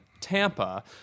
Tampa